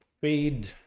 feed